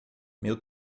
meu